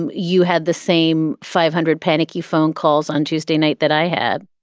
and you had the same five hundred panicky phone calls on tuesday night that i had